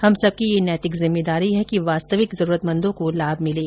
हम सबकी यह नैतिक जिम्मेदारी है कि वास्तविक जरूरतमंदों को लाभ मिले